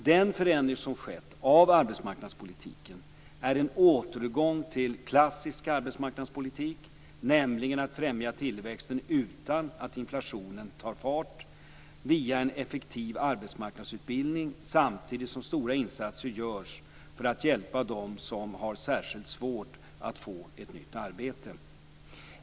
Den förändring som skett av arbetsmarknadspolitiken är en återgång till klassisk arbetsmarknadspolitik, nämligen att främja tillväxten utan att inflationen tar fart via en effektiv arbetsmarknadsutbildning, samtidigt som stora insatser görs för att hjälpa dem som har särskilt svårt att få ett nytt arbete.